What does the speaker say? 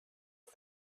ist